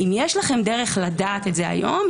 האם יש לכם דרך לדעת את זה היום,